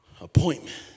appointment